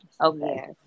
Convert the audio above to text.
okay